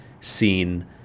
seen